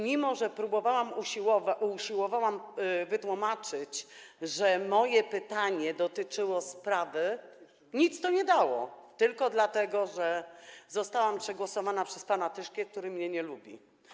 Mimo że próbowałam, usiłowałam wytłumaczyć, że moje pytanie dotyczyło sprawy, nic to nie dało, tylko dlatego że zostałam przegłosowana przez pana Tyszkę, który mnie nie lubi.